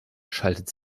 schaltet